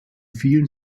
vielen